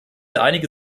einige